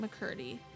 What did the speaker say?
McCurdy